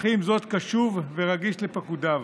אך עם זאת קשוב ורגיש לפקודיו.